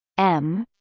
m